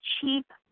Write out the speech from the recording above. cheap